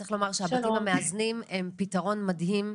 צריך לומר שהבתים המאזנים הם פתרון מדהים,